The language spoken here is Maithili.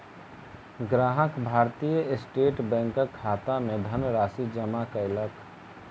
ग्राहक भारतीय स्टेट बैंकक खाता मे धनराशि जमा कयलक